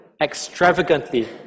extravagantly